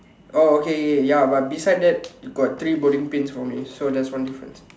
oh okay okay ya ya but beside that got three bowling pins for me so that is one difference